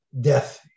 death